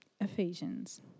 Ephesians